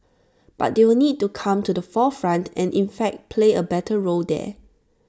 but they will need to come to the forefront and in fact play A better role there